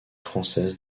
française